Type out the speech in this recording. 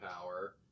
power